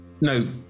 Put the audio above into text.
No